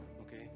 okay